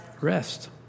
rest